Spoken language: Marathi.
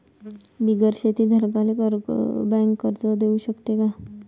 बिगर शेती धारकाले बँक कर्ज देऊ शकते का?